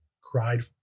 cried